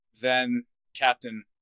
then-Captain